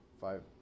five